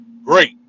Great